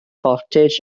voltage